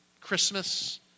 Christmas